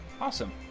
Awesome